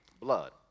blood